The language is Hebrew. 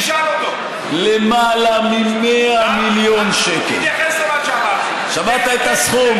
תשאל אותו, הוא ייתן לך תשובה יותר טובה משלי.